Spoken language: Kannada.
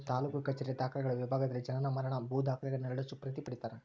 ತಾಲೂಕು ಕಛೇರಿಯ ದಾಖಲೆಗಳ ವಿಭಾಗದಲ್ಲಿ ಜನನ ಮರಣ ಭೂ ದಾಖಲೆಗಳ ನೆರಳಚ್ಚು ಪ್ರತಿ ಪಡೀತರ